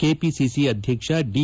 KPCC ಅಧ್ಯಕ್ಷ the